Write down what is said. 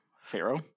Pharaoh